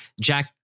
jack